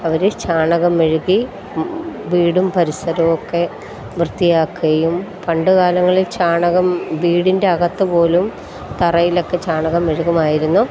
അവരീ ചാണകം മെഴുകി വീടും പരിസരവുമൊക്കെ വൃത്തിയാക്കുകയും പണ്ട് കാലങ്ങളിൽ ചാണകം വീടിൻ്റെ അകത്ത് പോലും തറയിലൊക്കെ ചാണകം മെഴുകുമായിരുന്നു